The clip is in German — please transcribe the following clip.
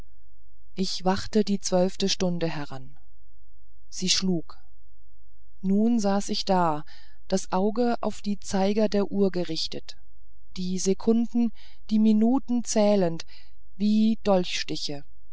ich wachte die zwölfte stunde heran sie schlug nun saß ich da das auge auf die zeiger der uhr gerichtet die sekunden die minuten zählend wie